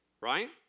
right